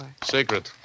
Secret